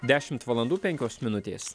dešimt valandų penkios minutės